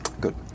Good